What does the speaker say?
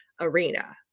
arena